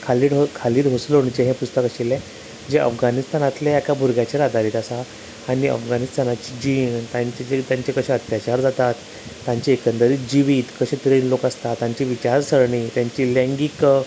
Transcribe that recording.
खाली डोर खाली डोस लोणचें पुस्तक आशिल्लें जें अफगानिस्तानातल्या एका भुरग्याचेर आदारीत आसा आनी अफगानिस्तानाची जीं हांयेंन तेचेर तांचे कशें अत्याचार जातात तांचे एकंदरीत जिवीत कशें तरेन लोक आसतात आनी तांची विचार सर्णी तांची लेंगीक